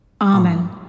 Amen